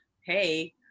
hey